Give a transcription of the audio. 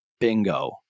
bingo